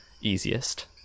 easiest